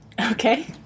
Okay